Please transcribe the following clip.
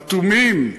אטומים?